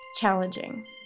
challenging